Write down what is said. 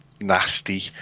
nasty